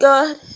God